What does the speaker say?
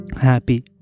happy